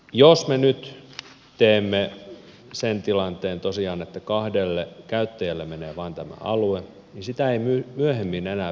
jos me nyt teemme sen tilanteen tosiaan että vain kahdelle käyttäjälle menee tämä alue niin sitä ei myöhemmin enää pystytä korvaamaan